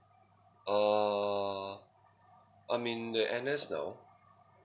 ah I'm in the N_S now